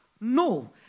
No